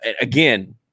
again